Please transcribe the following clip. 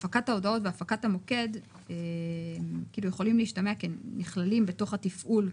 הפקת ההודעות והפעלת המוקד יכולים להשתמע כנכללים בתוך התפעול,